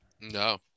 No